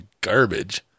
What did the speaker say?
garbage